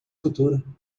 futuro